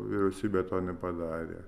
vyriausybė to nepadarė